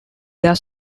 their